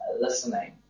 listening